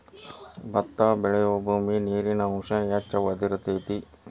ಬತ್ತಾ ಬೆಳಿಯುಬೂಮಿ ನೇರಿನ ಅಂಶಾ ಹೆಚ್ಚ ಹೊಳದಿರತೆತಿ